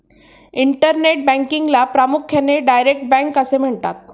internet बँकिंगला प्रामुख्याने direct bank असे म्हणतात